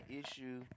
issue